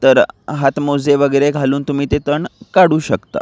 तर हातमोजे वगैरे घालून तुम्ही ते तण काढू शकता